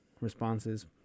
responses